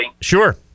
Sure